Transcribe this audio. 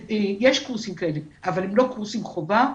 יש קורסים כאלה אבל הם לא קורסים חובה,